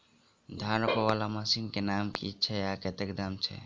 धान रोपा वला मशीन केँ नाम की छैय आ कतेक दाम छैय?